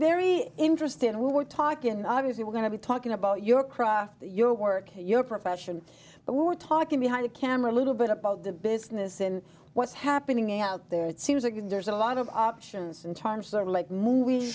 very interested in what we're talking obviously we're going to be talking about your craft your work your profession but we're talking behind the camera a little bit about the business and what's happening out there it seems like there's a lot of options and times are like movie